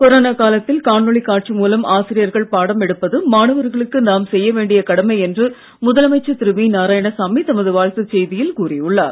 corona காலத்தில் காணொளி காட்சி மூலம் ஆசிரியர்கள் பாடம் எடுப்பது மாணவர்களுக்கு நாம் செய்ய வேண்டிய கடமை என்று முதலமைச்சர் திரு வி நாராயணசாமி தமது வாழ்த்துச் செய்தியில் கூறி உள்ளார்